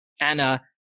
Anna